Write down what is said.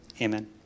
Amen